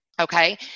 Okay